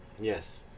Yes